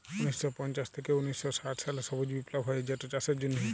উনিশ শ পঞ্চাশ থ্যাইকে উনিশ শ ষাট সালে সবুজ বিপ্লব হ্যয় যেটচাষের জ্যনহে